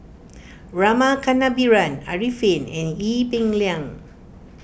Rama Kannabiran Arifin and Ee Peng Liang